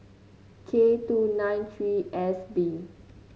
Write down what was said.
K two nine three S B